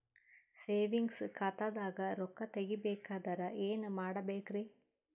Savings ಖಾತಾದಾಗ ರೊಕ್ಕ ತೇಗಿ ಬೇಕಾದರ ಏನ ಮಾಡಬೇಕರಿ?